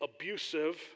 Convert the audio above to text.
abusive